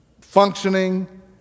functioning